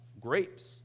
grapes